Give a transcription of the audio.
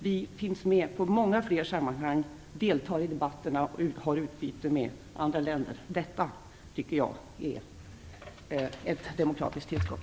Vi finns med i många fler sammanhang, deltar i debatterna och har utbyte med andra länder. Detta tycker jag är ett demokratiskt tillskott.